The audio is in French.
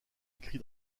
écrit